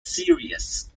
serious